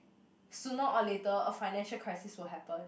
sooner or later a financial crisis will happen